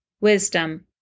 Wisdom